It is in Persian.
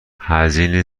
هزینه